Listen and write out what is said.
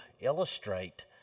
illustrate